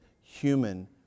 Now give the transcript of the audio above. human